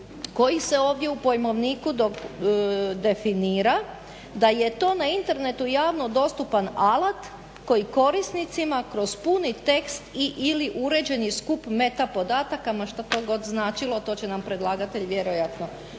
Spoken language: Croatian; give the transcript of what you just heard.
koji se ovdje u pojmovniku definira da je to na Internetu javno dostupan alat koji korisnicima kroz puni tekst i/ili uređeni skup …/Ne razumije se./… što to god značilo, to će nam predlagatelj vjerojatno objasniti,